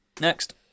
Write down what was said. Next